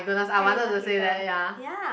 don't laugh I wanted to say that ya